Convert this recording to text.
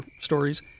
stories